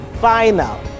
final